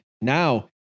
now